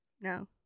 No